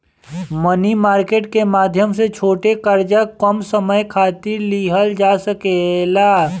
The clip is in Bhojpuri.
मनी मार्केट के माध्यम से छोट कर्जा कम समय खातिर लिहल जा सकेला